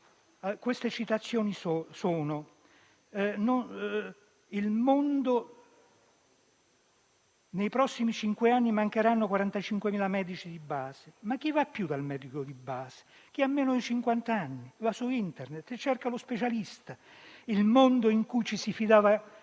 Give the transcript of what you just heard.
costituzioni: «Nei prossimi cinque anni mancheranno 45.000 medici di base, ma chi va più dal medico di base? (...) Chi ha meno 50 anni va su Internet e cerca lo specialista. Il mondo in cui ci si fidava